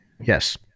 Yes